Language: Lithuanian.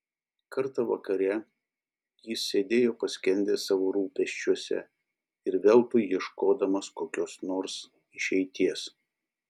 kartą vakare jis sėdėjo paskendęs savo rūpesčiuose ir veltui ieškodamas kokios nors išeities